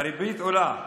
הריבית עולה,